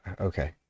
Okay